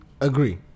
Agree